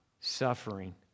suffering